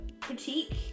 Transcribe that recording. critique